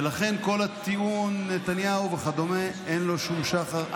ולכן כל הטיעון, נתניהו וכדומה, אין לו שום שחר.